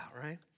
right